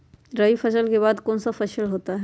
रवि फसल के बाद कौन सा फसल होता है?